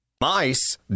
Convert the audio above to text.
Mice